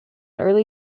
early